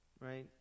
right